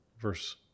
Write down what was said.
verse